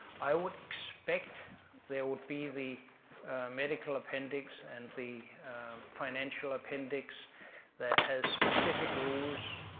i would expect there would be the medical appendix and the financial appendix that has specific rules,